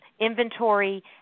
inventory